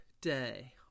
day